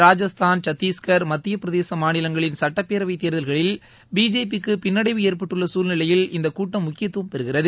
ராஜஸ்தாள் சத்தீஷ்கர் மத்தியபிரதேச மாநிலகங்களின் சுட்டப்பேரவை தேர்தல்களில் பிஜேபிக்கு பின்னடைவு ஏற்பட்டுள்ள சூழ்நிலையில் இந்த கூட்டம் முக்கியத்துவம் பெறுகிறது